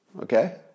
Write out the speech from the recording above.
okay